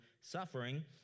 suffering